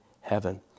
heaven